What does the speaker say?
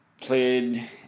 played